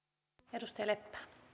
rouva